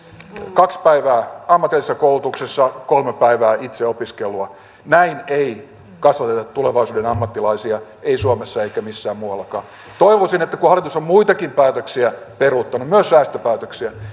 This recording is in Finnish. kaksi päivää ammatillisessa koulutuksessa kolme päivää itseopiskelua näin ei kasvateta tulevaisuuden ammattilaisia ei suomessa eikä missään muuallakaan toivoisin että kun hallitus on muitakin päätöksiä peruuttanut myös säästöpäätöksiä